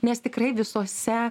nes tikrai visose